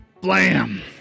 Blam